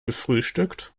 gefrühstückt